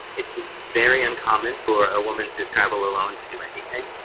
it's very uncommon for a woman to travel alone to do anything.